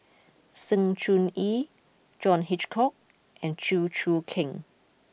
Sng Choon Yee John Hitchcock and Chew Choo Keng